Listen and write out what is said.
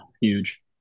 Huge